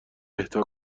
اهدا